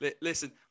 listen